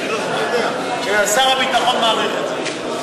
תגיד לו שאתה יודע ששר הביטחון מעריך את זה.